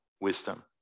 wisdom